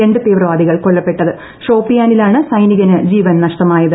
രണ്ടു തീവ്രവാദികൾ ഷോപ്പിയാനിലാണ് സൈനികന് ജീവൻ നഷ്ടമായത്